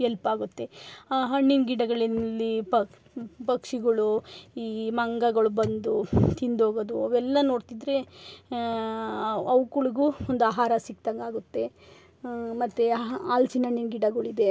ಹೆಲ್ಪಾಗುತ್ತೆ ಆ ಹಣ್ಣಿನ ಗಿಡಗಳಲ್ಲಿ ಪಕ್ಷಿಗಳು ಈ ಮಂಗಗಳು ಬಂದು ತಿಂದು ಹೋಗೋದು ಅವೆಲ್ಲಾ ನೋಡ್ತಿದ್ರೇ ಅವುಗಳ್ಗು ಒಂದು ಆಹಾರ ಸಿಕ್ದಂಗೆ ಆಗುತ್ತೆ ಮತ್ತು ಆಹಾ ಹಲ್ಸಿನ ಹಣ್ಣಿನ ಗಿಡಗಳಿದೆ